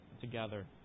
together